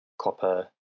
copper